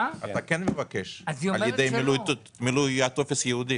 אתה כן מבקש, על ידי מילוי הטופס הייעודי.